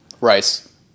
Rice